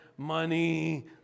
Money